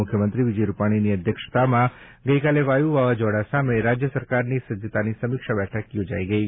મુખ્યમંત્રી વિજય રૂપાણીની અધ્યક્ષતામાં ગઇકાલે વાયુ વાવાઝોડા સામે રાજ્ય સરકારની સજ્જતાની સમીક્ષા બેઠક યોજાઈ ગઈ